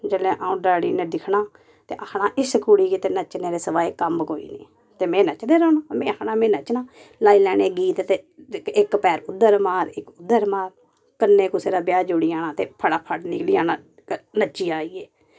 जिसलै अ'ऊं डैड़ी नै दिक्खना ते आक्खना इस कुड़ी गी ते नच्चने दे सवाए कन्न कोई नी ते में नच्चदे रौह्ना में आखना में नच्चना लेई लैने गीत दे इक्क पैर उध्दर मार इक्क उध्दर मार कन्ने कुसे दा ब्याह् जुड़ी जाना ते फटाफट निकली जाना नच्ची आईये